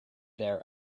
there